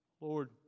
Lord